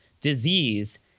disease